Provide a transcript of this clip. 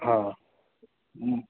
हा